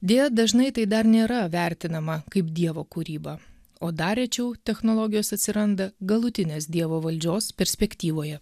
deja dažnai tai dar nėra vertinama kaip dievo kūryba o dar rečiau technologijos atsiranda galutinės dievo valdžios perspektyvoje